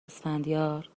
اسفندیار